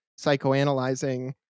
psychoanalyzing